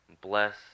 bless